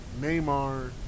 Neymar